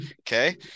Okay